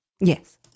Yes